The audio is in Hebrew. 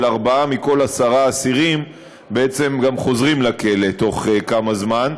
דומני שארבעה מכל עשרה אסירים גם חוזרים לכלא בתוך כמה זמן,